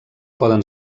poden